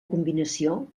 combinació